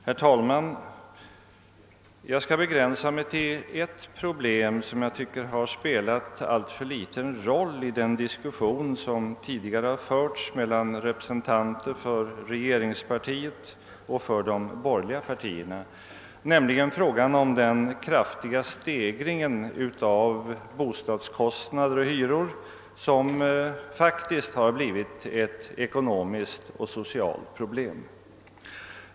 Herr talman! Jag skall i huvudsak begränsa mig till en fråga som jag tycker spelat alltför liten roll i den diskussion som tidigare har förts mellan representanter för regeringspartiet och för de borgerliga partierna, nämligen frågan om den kraftiga stegringen av bostadskostnader och hyror, som faktiskt har blivit ett ekonomiskt och socialt problem.